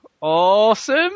Awesome